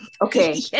okay